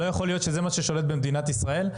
לא יכול להיות שזה מה ששולט במדינת ישראל.